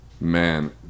man